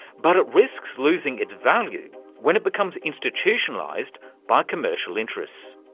but it risks losing its value when it becomes institutionalised by commercial interests.